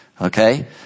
Okay